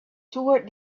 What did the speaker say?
toward